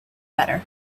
better